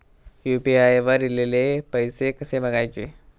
UPI वर ईलेले पैसे कसे बघायचे?